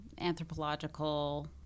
anthropological